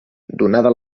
donada